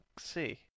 see